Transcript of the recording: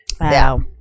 wow